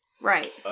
Right